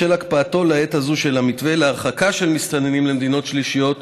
בשל הקפאתו לעת הזאת של המתווה להרחקה של מסתננים למדינות שלישיות,